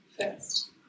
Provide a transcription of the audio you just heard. first